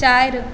चारि